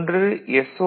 ஒன்று எஸ்